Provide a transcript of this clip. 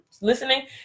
listening